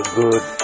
good